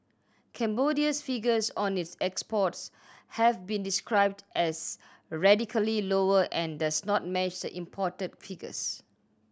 Cambodia's figures on its exports have been described as radically lower and does not match the imported figures